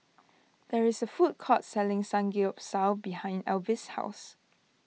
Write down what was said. there is a food court selling Samgeyopsal behind Elvis' house